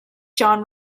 john